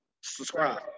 Subscribe